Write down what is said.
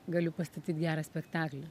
galiu pastatyt gerą spektaklį